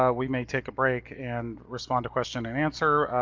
um we may take a break and respond to question and answer,